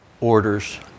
orders